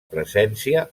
presència